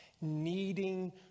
needing